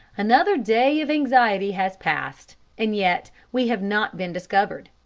another day of anxiety has passed, and yet we have not been discovered!